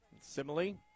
Simile